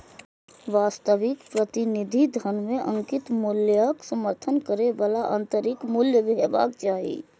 वास्तविक प्रतिनिधि धन मे अंकित मूल्यक समर्थन करै बला आंतरिक मूल्य हेबाक चाही